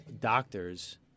doctors